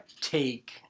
take